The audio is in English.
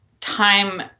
time